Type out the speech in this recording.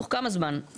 תוך כמה זמן.